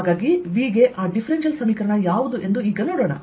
ಆದ್ದರಿಂದ V ಗೆ ಆಡಿಫ್ರೆನ್ಸಿಯಲ್ ಸಮೀಕರಣ ಯಾವುದು ಎಂದು ನೋಡೋಣ